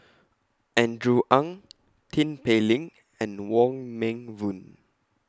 Andrew Ang Tin Pei Ling and Wong Meng Voon